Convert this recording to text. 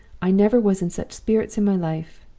i never was in such spirits in my life.